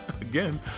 Again